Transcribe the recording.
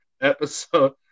episode